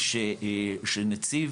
הארצי.